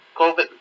COVID